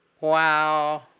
Wow